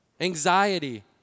anxiety